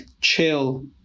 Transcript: chill